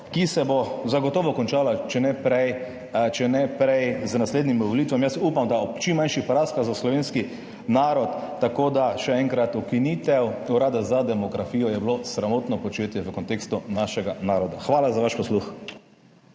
ki se bo zagotovo končala, če ne prej z naslednjimi volitvami. Jaz upam, da ob čim manjših praskah za slovenski narod. Tako da še enkrat, ukinitev Urada za demografijo je bilo sramotno početje v kontekstu našega naroda. Hvala za vaš posluh.